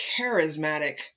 charismatic